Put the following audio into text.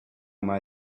mai